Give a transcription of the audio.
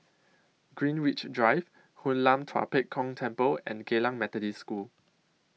Greenwich Drive Hoon Lam Tua Pek Kong Temple and Geylang Methodist School